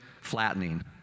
Flattening